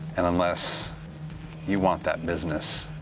and unless you want that business